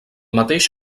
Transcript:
mateix